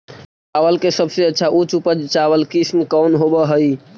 चावल के सबसे अच्छा उच्च उपज चावल किस्म कौन होव हई?